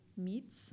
meats